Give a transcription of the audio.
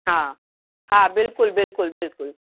हा हा बिल्कुलु बिल्कुलु बिल्कुलु